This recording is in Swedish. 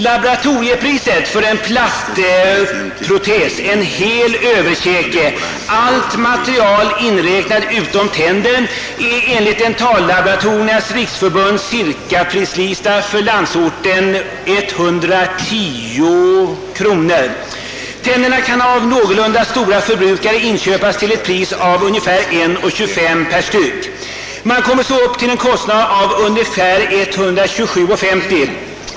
Laboratoriepriset för plattprotes i hel överkäke, allt material inräknat utom tänder, är enligt Dentallaboratoriernas Riksförbunds cirkaprislista för landsorten 110 kronor. Tänderna kan av någorlunda stora förbrukare inköpas till ett pris av ungefär 1:25 kronor per styck. Man kommer så till en kostnad av ungefär 127: 50.